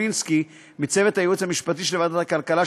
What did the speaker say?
סומפולינסקי מצוות הייעוץ המשפטי של ועדת הכלכלה,